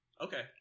Okay